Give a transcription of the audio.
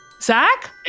Zach